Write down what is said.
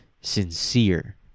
sincere